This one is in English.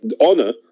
Honor